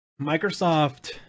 Microsoft